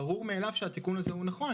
ברור מאליו שהתיקון הזה נכון.